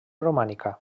romànica